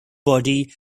body